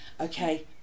Okay